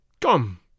Come